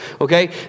okay